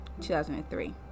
2003